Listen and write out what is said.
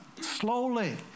slowly